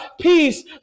peace